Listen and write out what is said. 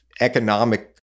economic